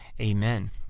amen